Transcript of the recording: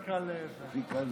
רון קובי זה כבר